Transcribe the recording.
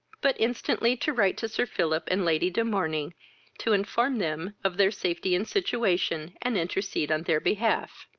but instantly to write to sir philip and lady de morney to inform them of their safety and situation, and intercede on their behalf.